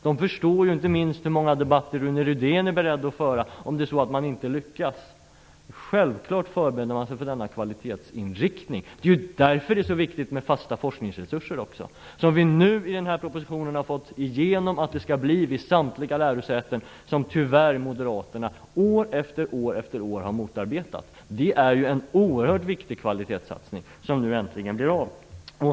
De förstår inte minst hur många debatter Rune Rydén är beredd att föra om det är så att de inte lyckas. Självfallet förbereder de sig för denna kvalitetsinriktning. Därför är det så viktigt med fasta forskningsresurser. Vi har nu i den här propositionen fått igenom att det skall bli sådana vid samtliga lärosäten. Detta har tyvärr Moderaterna år efter år motarbetat. Det är en oerhört viktig kvalitetssatsning som nu äntligen blir av.